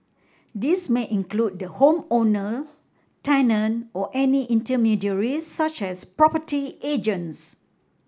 this may include the home owner tenant or any intermediaries such as property agents